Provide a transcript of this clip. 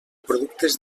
productes